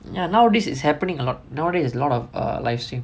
ya nowadays it's happening a lot nowadays it's alot of uh live stream